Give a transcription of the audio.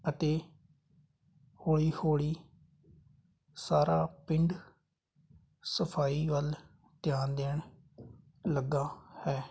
ਅਤੇ ਹੌਲੀ ਹੌਲੀ ਸਾਰਾ ਪਿੰਡ ਸਫ਼ਾਈ ਵੱਲ ਧਿਆਨ ਦੇਣ ਲੱਗਾ ਹੈ